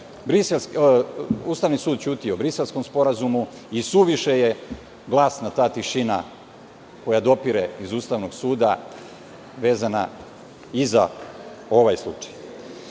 Ustavni sud ćuti o Briselskom sporazumu. Isuviše je glasna ta tišina koja dopire iz Ustavnog suda vezana i za ovaj slučaj. Visoki